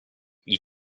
gli